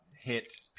hit